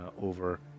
over